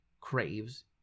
craves